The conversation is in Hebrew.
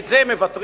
על זה הם מוותרים,